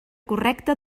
correcta